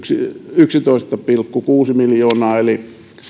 yksitoista pilkku kuusi miljoonaa eli tätä